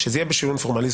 שזה יהיה בשריון פורמלי.